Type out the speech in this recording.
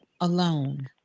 alone